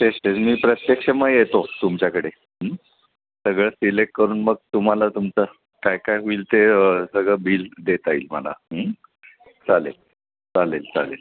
तेच तेच मी प्रत्यक्ष मग येतो तुमच्याकडे सगळं सिलेक्ट करून मग तुम्हाला तुमचं काय काय होईल ते सगळं बिल देता येईल मला चालेल चालेल चालेल